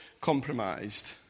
compromised